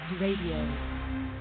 Radio